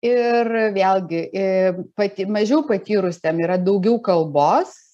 ir vėlgi i pati mažiau patyrusiem yra daugiau kalbos